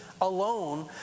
alone